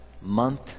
month